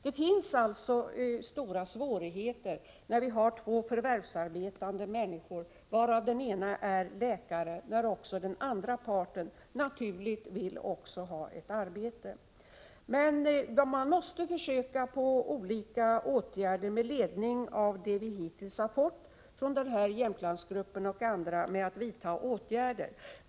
Det blir alltså stora svårigheter när vi har två förvärvsarbetande personer, varav den ena är läkare, eftersom den andra parten naturligtvis också vill ha ett arbete. Men man måste, med ledning av det material vi hittills har fått från denna Jämtlandsgrupp och från andra grupper, försöka att vidta åtgärder.